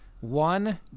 one